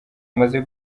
amaze